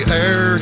air